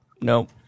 Nope